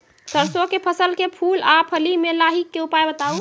सरसों के फसल के फूल आ फली मे लाहीक के उपाय बताऊ?